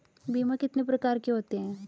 बीमा कितने प्रकार के होते हैं?